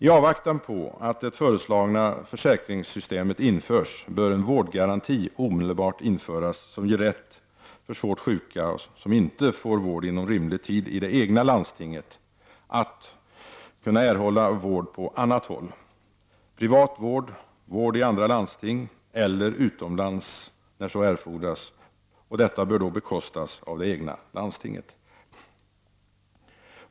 I avvaktan på att det föreslagna försäkringssystemet införs, bör en vårdgaranti omedelbart införas som ger rätt för svårt sjuka som inte får vård inom rimlig tid i det egna landstinget att kunna erhålla vård på annat håll. Privat vård, vård i andra landsting, eller utomlands när så erfordras, bör då bekostas av det egna landstinget.